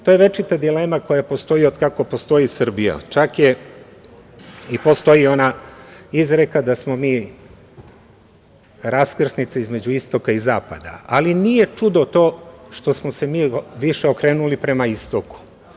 To je večita dilema koja postoji od kako postoji Srbija, čak i postoji ona izreka da smo mi raskrsnica između istoka i zapada, ali nije čudo to što smo se mi više okrenuli prema istoku.